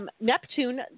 Neptune